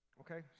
okay